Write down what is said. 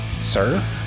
sir